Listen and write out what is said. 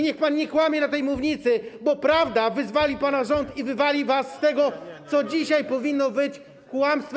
Niech pan nie kłamie na tej mównicy, bo prawda wyzwoli pana rząd i wyzwoli was z tego, co dzisiaj powinno być kłamstwem.